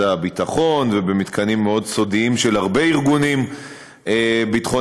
הביטחון ובמתקנים מאוד סודיים של הרבה ארגונים ביטחוניים,